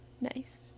Nice